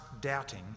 doubting